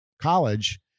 college